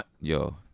Yo